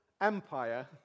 empire